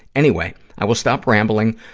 anyway, i will stop rambling.